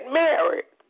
married